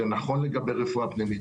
זה נכון לגבי רפואה פנימית.